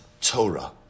Torah